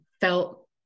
felt